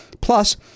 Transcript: plus